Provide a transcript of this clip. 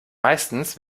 meistens